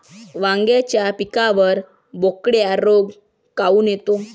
वांग्याच्या पिकावर बोकड्या रोग काऊन येतो?